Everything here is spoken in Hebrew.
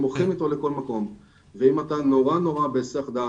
הם הולכים איתו לכל מקום ואם אתה נורא נורא בהיסח דעת,